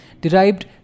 derived